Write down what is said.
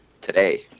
today